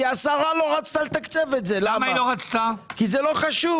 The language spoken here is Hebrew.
כי השרה לא רצתה לתקצב את זה כי זה לא חשוב.